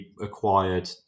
acquired